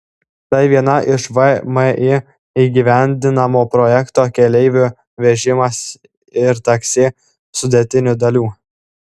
tai viena iš vmi įgyvendinamo projekto keleivių vežimas ir taksi sudėtinių dalių